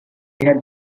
had